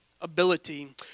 ability